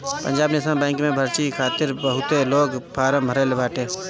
Punjab national bank में भर्ती खातिर बहुते लोग फारम भरले बाटे